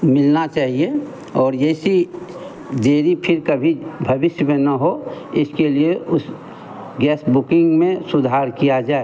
मिलना चाहिए और ऐसी देरी फ़िर कभी भविष्य में न हो इसके लिए उस गैस बुकिंग में सुधार किया जाए